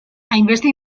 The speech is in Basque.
hainbeste